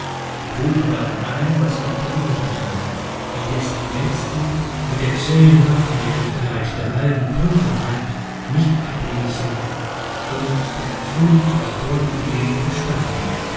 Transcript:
und hüllte darin ein was ihm unter die hände kam indes die letzten mit der zähen hartnäckigkeit der halben trunkenheit nicht abließen sondern auf der erfüllung ihrer tollen idee bestanden und